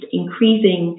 increasing